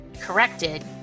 corrected